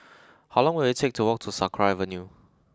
how long will it take to walk to Sakra Avenue